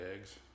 eggs